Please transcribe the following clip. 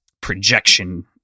projection